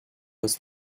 was